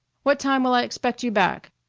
what time will i expect you back?